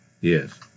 Yes